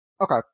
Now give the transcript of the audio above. okay